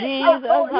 Jesus